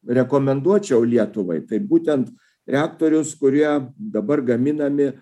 rekomenduočiau lietuvai tai būtent reaktorius kurie dabar gaminami